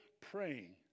praying